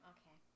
Okay